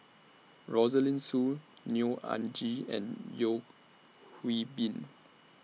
Rosaline Soon Neo Anngee and Yeo Hwee Bin